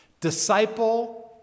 Disciple